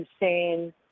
insane